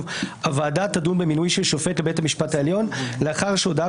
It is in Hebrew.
הוועדה תדון במינוי של שופט לאחר שהודעה